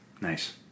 Nice